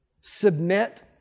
submit